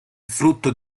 frutto